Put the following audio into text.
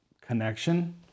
connection